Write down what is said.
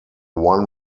one